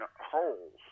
holes